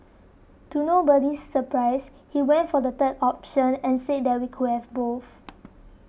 to nobody's surprise he went for the third option and said that we could have both